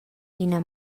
ina